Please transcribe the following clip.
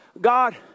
God